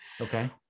Okay